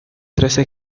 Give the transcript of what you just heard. trece